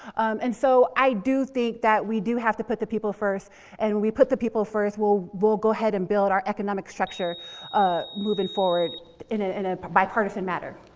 and so, i do think that we do have to put the people first and if we put the people first, we'll we'll go ahead and build our economic structure moving forward in ah in a bipartisan matter.